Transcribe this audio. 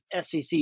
SEC